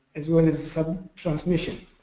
as well as some transmission.